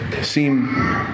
seem